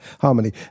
harmony